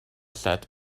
said